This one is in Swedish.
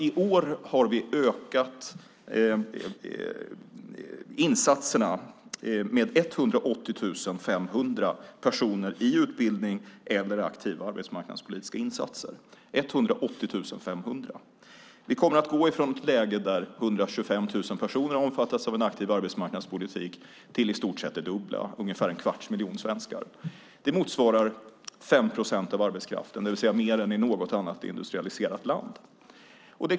I år har antalet personer i utbildning eller aktiva arbetsmarknadspolitiska insatser ökat med 180 500. Vi kommer att gå ifrån ett läge där 125 000 personer har omfattats av en aktiv arbetsmarknadspolitik till i stort sett det dubbla, ungefär en kvarts miljon svenskar. Det motsvarar 5 procent av arbetskraften, det vill säga mer än i något annat industrialiserat land.